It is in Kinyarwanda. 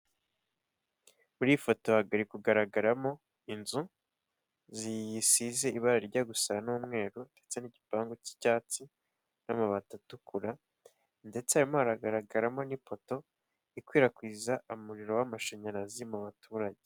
Kuri iyi foto hari kugaragaramo inzu ziyisize ibara rijya gusa n'umweru ndetse n'igipangu k'icyatsi n'amabati atukura ndetse arimo hagaragaramo n'ipoto ikwirakwiza umuriro w'amashanyarazi mu baturage.